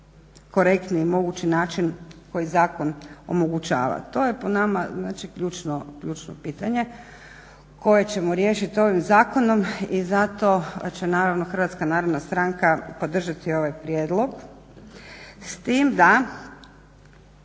najkorektniji mogući način koji zakon omogućava? To je po nama ključno pitanje koje ćemo riješiti ovim zakonom i zato će naravno HNS-a podržati ovaj prijedlog